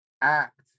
act